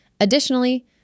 Additionally